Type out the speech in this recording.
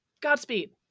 Godspeed